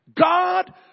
God